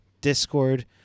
discord